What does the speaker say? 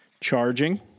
charging